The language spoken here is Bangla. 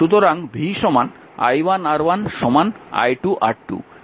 সুতরাং v i1 R1 i2 R2